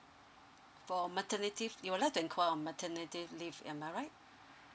for maternity you would like to enquire on maternity leave am I right